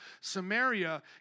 Samaria